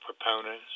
proponents